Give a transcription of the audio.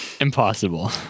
Impossible